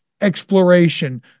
exploration